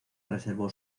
reservó